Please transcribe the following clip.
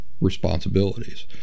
responsibilities